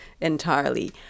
entirely